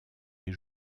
des